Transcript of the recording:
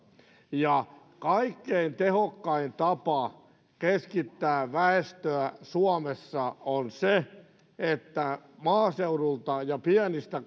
kaikkein tehokkain tapa keskittää väestöä suomessa on se että maaseudulta ja pienistä